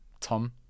tom